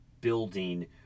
building